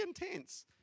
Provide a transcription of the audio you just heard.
intense